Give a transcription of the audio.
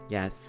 Yes